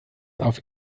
auf